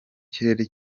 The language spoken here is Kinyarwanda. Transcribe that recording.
kirere